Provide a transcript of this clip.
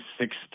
six